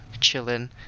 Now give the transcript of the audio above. chilling